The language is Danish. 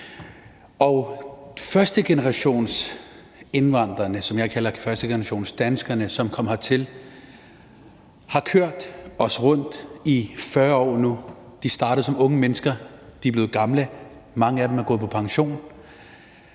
Førstegenerationsindvandrerne, som kom hertil, og som jeg kalder førstegenerationsdanskerne, har kørt os rundt i 40 år nu. De startede som unge mennesker; de er blevet gamle, mange af dem er gået på pension.